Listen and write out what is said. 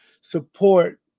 support